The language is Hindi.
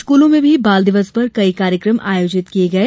स्कूलों में भी बाल दिवस पर कई कार्यक्रम आयोजित किये गये